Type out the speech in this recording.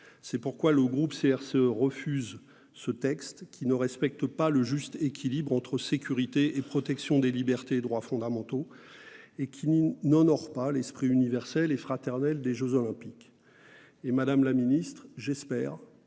raison pour laquelle le groupe CRCE refuse ce texte, qui ne respecte pas le juste équilibre entre sécurité et protection des libertés et droits fondamentaux et qui n'honore pas l'esprit universel et fraternel des jeux Olympiques. J'espère, madame la ministre, que